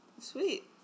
Sweet